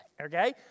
okay